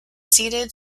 seeded